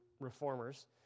reformers